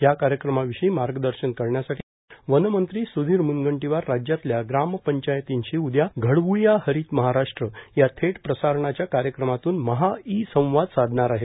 या कार्यक्रमाविषयी मार्गदर्शन करण्यासाठी वनमंत्री सुधीर मुनगंटीवार राज्यातल्या ग्रामपंचायतींशी उद्या घडवूया हरीत महाराष्ट्र या थेट प्रसारणाच्या कार्यक्रमातून महा ई संवाद साधणार आहेत